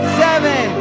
seven